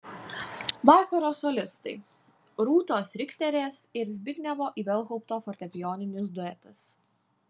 vakaro solistai rūtos rikterės ir zbignevo ibelhaupto fortepijoninis duetas